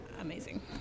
amazing